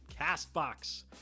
CastBox